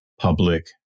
public